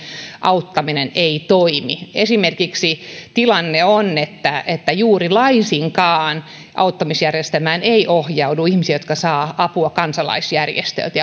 auttaminen ei toimi esimerkiksi tilanne on että että juuri laisinkaan auttamisjärjestelmään ei ohjaudu ihmisiä jotka saavat apua kansalaisjärjestöiltä